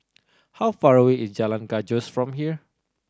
how far away is Jalan Gajus from here